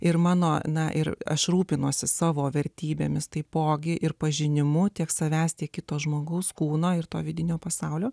ir mano na ir aš rūpinuosi savo vertybėmis taipogi ir pažinimu tiek savęs tiek kito žmogaus kūno ir to vidinio pasaulio